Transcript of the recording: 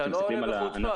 אתה לא עונה בחוצפה.